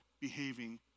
behaving